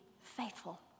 faithful